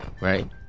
right